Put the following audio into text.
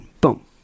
Boom